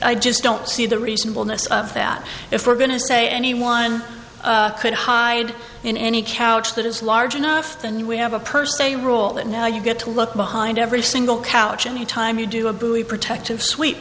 i just don't see the reasonableness of that if we're going to say anyone could hide in any couch that is large enough than we have a purse a rule that now you get to look behind every single couch any time you do a buoy protective swee